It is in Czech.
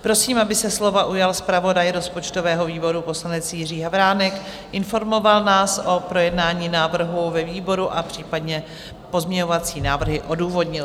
Prosím, aby se slova ujal zpravodaj rozpočtového výboru poslanec Jiří Havránek, informoval nás o projednání návrhu ve výboru a případně pozměňovací návrhy odůvodnil.